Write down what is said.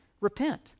repent